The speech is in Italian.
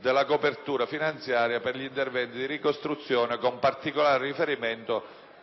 della copertura finanziaria per gli interventi di ricostruzione con particolare riferimento